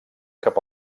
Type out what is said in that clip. cap